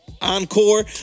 Encore